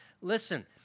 Listen